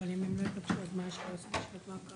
אבל אם הם לא יפגשו אז מה הטעם בלעשות ישיבת מעקב?